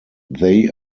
they